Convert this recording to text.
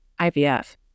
IVF